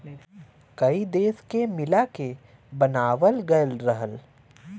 कई देश के मिला के बनावाल गएल रहल